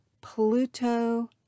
Pluto